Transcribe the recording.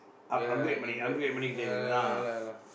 ya in ah ya lah ya lah ya lah